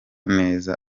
neza